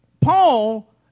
Paul